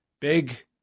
big